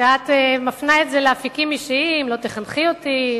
כשאת מפנה את זה לאפיקים אישיים: לא תחנכי אותי,